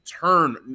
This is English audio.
turn